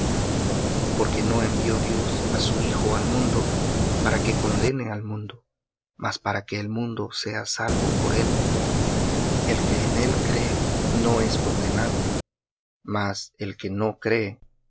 porque no envió dios á su hijo al mundo para que condene al mundo mas para que el mundo sea salvo por él el que en él cree no es condenado mas el que no cree